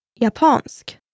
Japansk